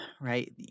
right